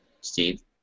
Steve